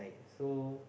so